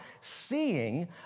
seeing